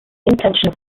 intentional